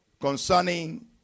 concerning